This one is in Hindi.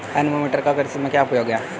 एनीमोमीटर का कृषि में क्या उपयोग है?